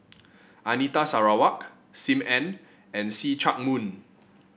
Anita Sarawak Sim Ann and See Chak Mun